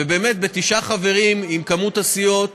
ובאמת, בתשעה חברים עם כמות הסיעות